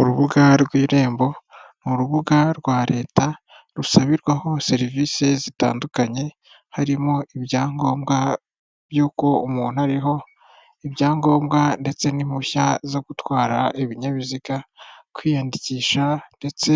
Urubuga rw'irembo mu rubuga rwa leta rusabirwaho serivisi zitandukanye harimo ibyangombwa by'uko umuntu ariho, ibyangombwa ndetse n'impushya zo gutwara ibinyabiziga, kwiyandikisha ndetse